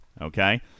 Okay